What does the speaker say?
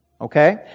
Okay